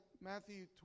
Matthew